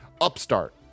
Upstart